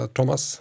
Thomas